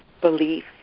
belief